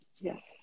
yes